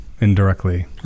indirectly